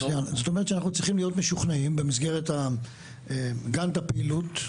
זאת אומרת שאנחנו צריכים להיות משוכנעים במסגרת גאנט הפעילות,